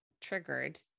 triggered